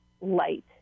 light